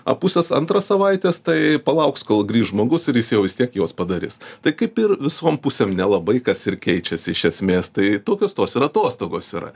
a puses antras savaitės tai palauks kol grįš žmogus ir jis jau vis tiek juos padarys tai kaip ir visom pusėm nelabai kas ir keičiasi iš esmės tai tokios tos ir atostogos yra